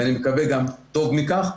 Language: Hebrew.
ואני מקווה גם טוב מכך.